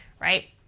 right